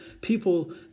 people